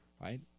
right